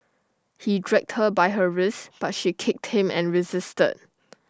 he dragged her by her wrists but she kicked him and resisted